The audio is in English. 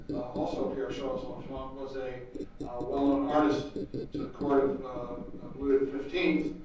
also pierre charles l'enfant, was a well-known artist to the court of of louis the fifteenth.